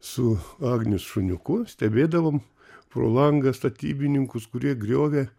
su agnės šuniuku stebėdavom pro langą statybininkus kurie griovė